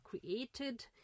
created